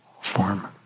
form